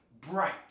Bright